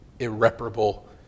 irreparable